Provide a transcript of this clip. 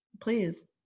Please